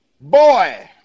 Boy